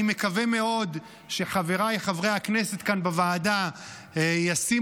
אני מקווה מאוד שחבריי חברי הכנסת כאן בוועדה ישימו